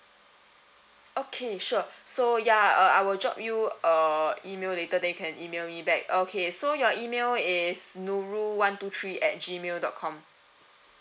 okay sure so ya uh I will drop you uh email later then you can email me back okay so your email is nurul one two three at G mail dot com